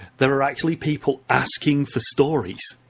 there are actually people asking for stories.